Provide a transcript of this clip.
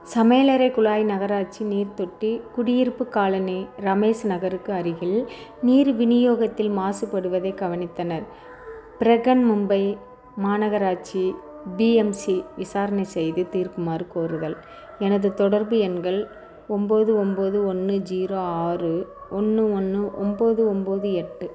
சமையலறை குழாய் நகராட்சி நீர் தொட்டி குடியிருப்பு காலனி ரமேஷ் நகருக்கு அருகில் நீர் விநியோகத்தில் மாசுபடுவதைக் கவனித்தனர் பிரஹன்மும்பை மாநகராட்சி பிஎம்சி விசாரணை செய்து தீர்க்குமாறு கோருதல் எனது தொடர்பு எண்கள் ஒம்பது ஒம்பது ஒன்று ஜீரோ ஆறு ஒன்று ஒன்று ஒம்பது ஒம்பது எட்டு